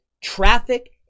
traffic